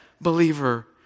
believer